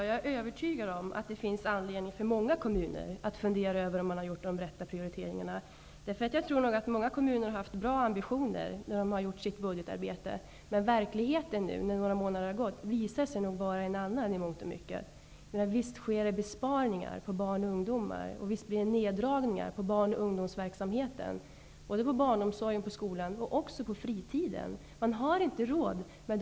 Det har uppstått en olägenhet med det engångsbidrag som skall utgå för att kompensera ensamstående föräldrar för skattereformen. Det var tänkt att de skulle få ut 1 800 kr. Alla som har rätt att få bidraget har inte kunnat ansöka om detta eftersom de inte nåtts av någon information. Ofta är det just de personer som är i störst behov av pengarna; nyskilda och ensamstående som har ekonomiska problem.